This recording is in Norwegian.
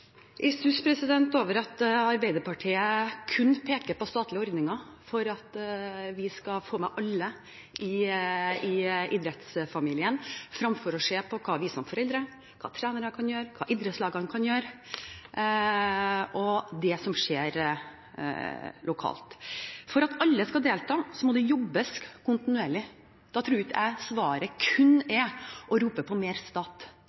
i stuss over at Arbeiderpartiet kun peker på statlige ordninger for å få med alle i idrettsfamilien, fremfor å se på hva vi som foreldre kan gjøre, hva trenere kan gjøre, hva idrettslagene kan gjøre, og hva som skjer lokalt. For at alle skal kunne delta, må det jobbes kontinuerlig. Da tror jeg ikke at svaret kun er å rope på mer stat.